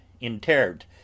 interred